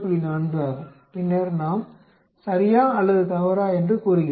4 ஆகும் பின்னர் நாம் சரியா அல்லது தவறா என்று கூறுகிறோம்